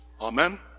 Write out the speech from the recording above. Amen